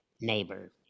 neighbor